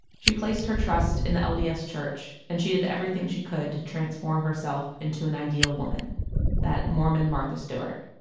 she placed her trust in the lds church and she did everything she could to transform herself into an ideal woman that mormon martha stewart.